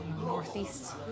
northeast